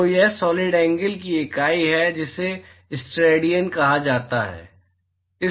तो वह solid angle की इकाई है जिसे स्टेरेडियन कहा जाता है